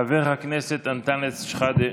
חבר הכנסת אנטאנס שחאדה,